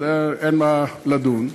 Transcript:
אין מה לדון.